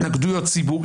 התנגדויות ציבור.